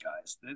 guys